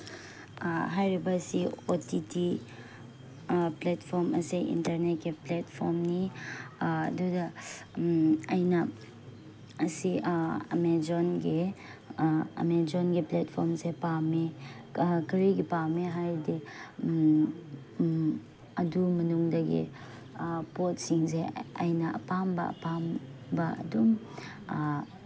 ꯍꯥꯏꯔꯤꯕꯁꯤ O T T platform ꯑꯁꯦ ꯏꯟꯇꯔꯅꯦꯠꯀꯤ ꯄ꯭ꯂꯦꯠꯐꯣꯝꯅꯤ ꯑꯗꯨꯗ ꯑꯩꯅ ꯑꯁꯤ ꯑꯃꯦꯖꯣꯟꯒꯤ ꯑꯃꯦꯖꯣꯟꯒꯤ ꯄ꯭ꯂꯦꯠꯐꯣꯝꯁꯦ ꯄꯥꯝꯃꯤ ꯀꯔꯤꯒꯤ ꯄꯥꯝꯃꯦ ꯍꯥꯏꯔꯗꯤ ꯑꯗꯨ ꯃꯅꯨꯡꯗꯒꯤ ꯄꯣꯠꯁꯤꯡꯁꯦ ꯑꯩꯅ ꯑꯄꯥꯝꯕ ꯑꯄꯥꯝꯕ ꯑꯗꯨꯝ